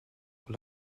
pour